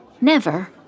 Never